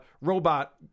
robot